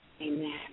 Amen